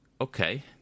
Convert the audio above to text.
okay